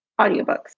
Audiobooks